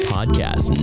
Podcast